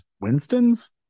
Winston's